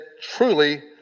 truly